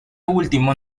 último